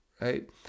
right